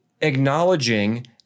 acknowledging